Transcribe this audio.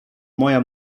moja